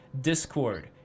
discord